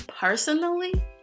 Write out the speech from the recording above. personally